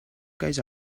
guys